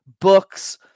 books